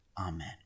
amen